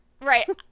Right